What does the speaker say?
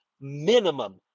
minimum